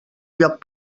lloc